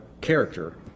character